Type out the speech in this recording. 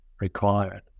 required